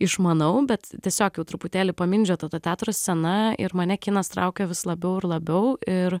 išmanau bet tiesiog jau truputėlį pamindžiota ta teatro scena ir mane kinas traukia vis labiau ir labiau ir